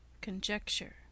conjecture